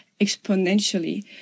exponentially